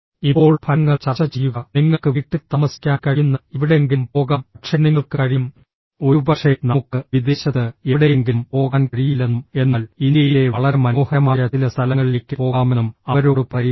ഇപ്പോൾ ഫലങ്ങൾ ചർച്ച ചെയ്യുക നിങ്ങൾക്ക് വീട്ടിൽ താമസിക്കാൻ കഴിയുന്ന എവിടെയെങ്കിലും പോകാം പക്ഷേ നിങ്ങൾക്ക് കഴിയും ഒരുപക്ഷേ നമുക്ക് വിദേശത്ത് എവിടെയെങ്കിലും പോകാൻ കഴിയില്ലെന്നും എന്നാൽ ഇന്ത്യയിലെ വളരെ മനോഹരമായ ചില സ്ഥലങ്ങളിലേക്ക് പോകാമെന്നും അവരോട് പറയുക